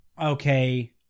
okay